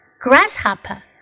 grasshopper